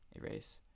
erase